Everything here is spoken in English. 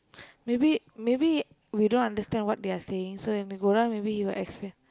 maybe maybe we don't understand what they are saying so when we go down maybe he will explain